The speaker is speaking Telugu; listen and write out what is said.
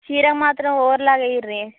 చీర మాత్రం ఓవర్లాక్ వెయ్యండి